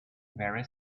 very